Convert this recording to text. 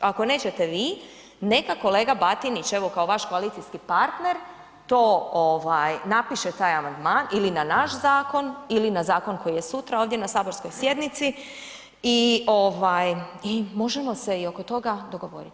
Ako nećete vi, neka kolega Batinić evo kao vaš koalicijski partner to, napiše taj amandman ili na naš zakon ili na zakon koji je sutra ovdje na saborskoj sjednici i možemo se i oko toga dogovoriti.